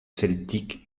celtiques